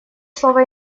слово